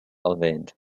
erwähnt